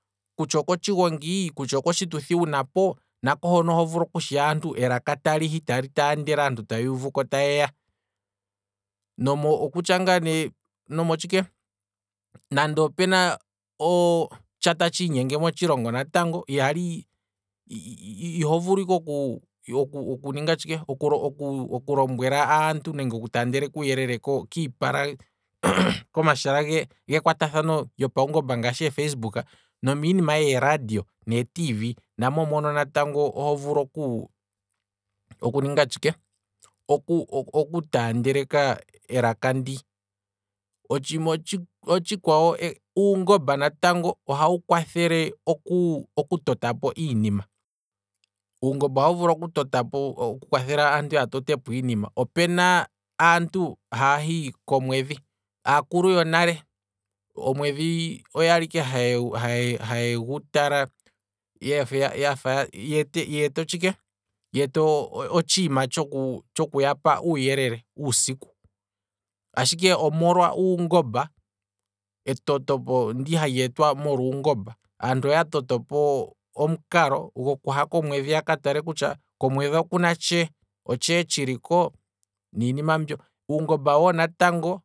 Kutya oko tshigongi, kutya oko tshituthi wuna po, naahono oho vulu okushiya aantu elaka ta lihi tali taandele aantu ta yeya, okutya ngaa ne nomotshike, nande opena tsha tshiinyenge motshilongo natango, ihali iho vulu ike oku- oku ninga tshike, oku lombwela aantu nenge oku taandeleka uuyelele kiipala komashala ge kwatathano gopaungopa ngaashi ee facebook nomiinima yeradio nee tv, namo mono natango oho vulu oku ninga tshike, oku taandeleka elaka ndi, otshiima otshikwawo natango ohawu kwathele oku totapo iinima, uungomba ohawu vulu oku kwathela aantu oku totapo iinima, okuna aantu haya hi komwedhi, aakulu yo nale, omwedhi okwali ike haye gu tala ye wete tshike, ye wete otshiima tshoku yapa uuyelele uusiku, ashike omolwa uungomba, eto tepo ndi hali etwa molwa uungomba, aantu oya totopo omukalo gokuha komwedhi ya katale kutya otshee tshiliko, uungomba woo natango